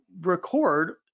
record